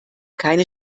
keine